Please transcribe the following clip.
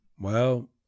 Well